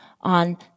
on